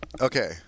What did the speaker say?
Okay